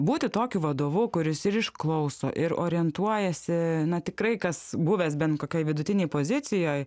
būti tokiu vadovu kuris ir išklauso ir orientuojasi na tikrai kas buvęs bent kokioj vidutinėj pozicijoj